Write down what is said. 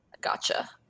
Gotcha